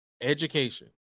Education